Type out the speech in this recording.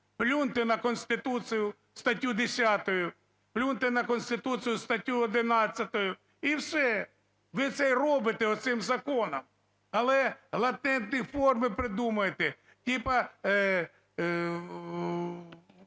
плюньте на Конституцію, статтю 10, плюньте на Конституцію, статтю 11 і все. Ви це і робите оцим законом. Але латентні форми придумаєте типа